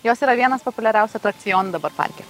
jos yra vienas populiariausių atrakcionų dabar parke